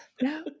No